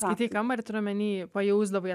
skaitei kambary turi omeny pajausdavai